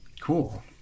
Cool